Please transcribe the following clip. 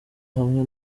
hamwe